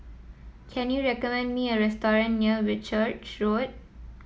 can you recommend me a restaurant near Whitchurch Road